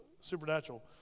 supernatural